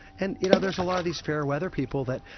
and you know, there's a lot of these fair weather people that,